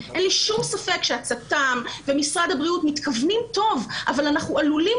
אין לו שום ספק שהצט"ם ומשרד הבריאות מתכוונים טוב אבל אנחנו עלולים